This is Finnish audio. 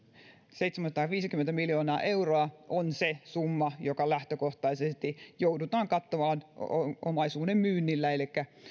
seitsemänsataaviisikymmentä miljoonaa euroa on se summa joka lähtökohtaisesti joudutaan kattamaan omaisuuden myynnillä elikkä